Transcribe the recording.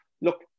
look